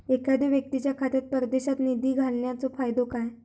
एखादो व्यक्तीच्या खात्यात परदेशात निधी घालन्याचो फायदो काय?